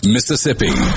Mississippi